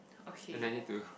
and I need to